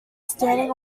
standing